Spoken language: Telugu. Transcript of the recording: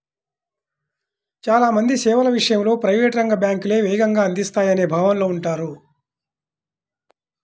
చాలా మంది సేవల విషయంలో ప్రైవేట్ రంగ బ్యాంకులే వేగంగా అందిస్తాయనే భావనలో ఉంటారు